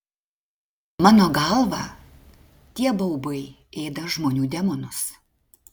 mano galva tie baubai ėda žmonių demonus